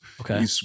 Okay